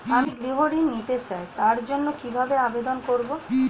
আমি গৃহ ঋণ নিতে চাই তার জন্য কিভাবে আবেদন করব?